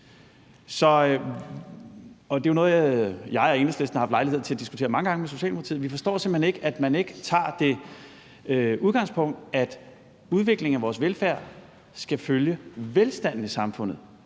Det er jo noget, som jeg og Enhedslisten har haft lejlighed til at diskutere mange gange med Socialdemokratiet. Vi forstår simpelt hen ikke, at man ikke tager det udgangspunkt, at udviklingen af vores velfærd skal følge velstanden i samfundet,